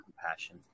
compassion